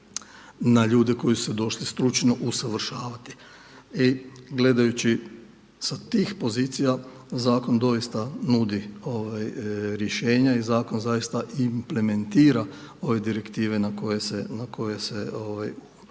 na ljude koji su se došli stručno usavršavati. I gledajući sa tih pozicija, zakon doista nudi rješenja i zakon implementira ove direktive na koje se u